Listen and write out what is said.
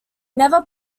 never